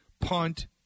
punt